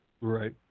Right